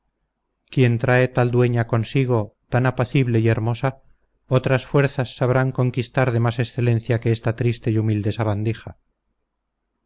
quien trae tal dueña consigo tan apacible y hermosa otras fuerzas sabrán conquistar de más excelencia que esta triste y humilde sabandija